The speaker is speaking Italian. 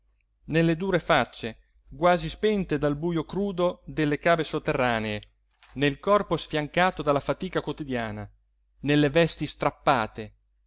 nelle dure facce quasi spente dal bujo crudo delle cave sotterranee nel corpo sfiancato dalla fatica quotidiana nelle vesti strappate